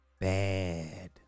Bad